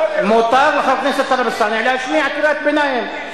מותר לחבר הכנסת טלב אלסאנע להשמיע קריאת ביניים.